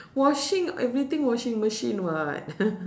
washing everything washing machine [what]